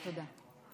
תודה.